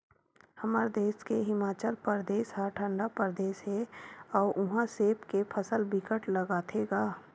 हमर देस के हिमाचल परदेस ह ठंडा परदेस हे अउ उहा सेब के फसल बिकट लगाथे गा